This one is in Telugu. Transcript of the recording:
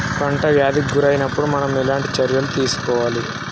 పంట వ్యాధి కి గురి అయినపుడు మనం ఎలాంటి చర్య తీసుకోవాలి?